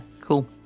cool